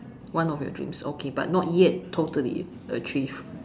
one of your dreams okay but not yet totally achieve